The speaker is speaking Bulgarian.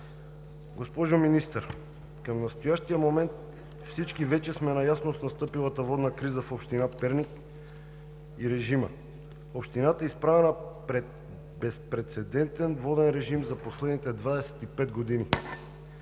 Госпожо Министър, към настоящия момент всички вече сме наясно с настъпилата водна криза и режима в община Перник. Общината е изправена пред безпрецедентен воден режим за последните 25 години,